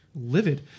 livid